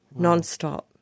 nonstop